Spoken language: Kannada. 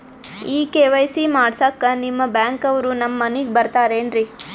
ಈ ಕೆ.ವೈ.ಸಿ ಮಾಡಸಕ್ಕ ನಿಮ ಬ್ಯಾಂಕ ಅವ್ರು ನಮ್ ಮನಿಗ ಬರತಾರೆನ್ರಿ?